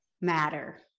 matter